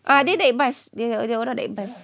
uh dia naik bus dia dia orang naik bus